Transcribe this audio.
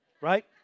Right